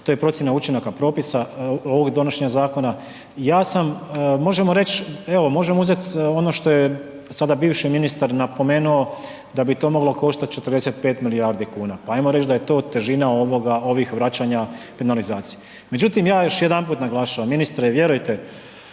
to je procjena učinaka propisa ovog donošenja zakona. Ja sam, možemo reći, evo možemo uzeti ono što je sada bivši ministar napomenuo da bi to moglo koštati 45 milijardi kuna. Pa ajmo reći da je to težina ovih vraćanja penalizacije. Međutim, ja još jedanput naglašavam, ministre, vjerujte,